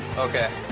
ok,